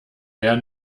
der